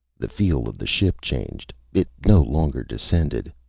the feel of the ship changed. it no longer descended.